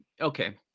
Okay